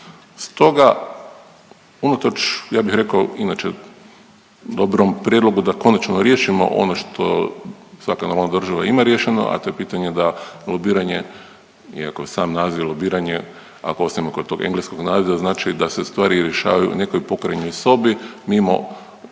Stoga unatoč ja bih rekao inače dobrom prijedlogu da konačno riješimo ono što svaka normalna država ima riješeno, a to je pitanje da lobiranje iako sam naziv lobiranje ako ostajemo kod tog engleskog naziva znači da se stvari rješavaju u nekoj pokrajnjoj sobi mimo